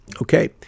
Okay